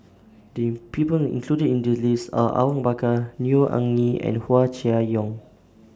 The People included in The list Are Awang Bakar Neo Anngee and Hua Chai Yong